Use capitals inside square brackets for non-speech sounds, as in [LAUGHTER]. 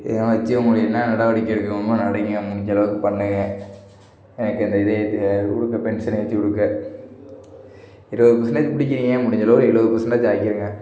இதெல்லாம் வெச்சி [UNINTELLIGIBLE] என்ன நடவடிக்கை எடுக்க முடியுமோ நடவடிக்கையை முடிஞ்சளவுக்கு பண்ணுங்கள் எனக்கு இந்த இதை ஏற்றி கொடுக்கற பென்ஷனை ஏற்றிக் கொடுங்க இருபது பர்சன்டேஜ் பிடிக்கிறீங்க முடிஞ்சளவு ஒரு எழுபது பர்சன்டேஜ் ஆக்கிடுங்க